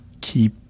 keep